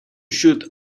should